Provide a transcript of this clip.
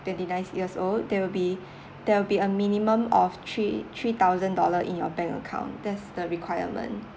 twenty-nine years old there will be there will be a minimum of three three thousand dollar in your bank account that's the requirement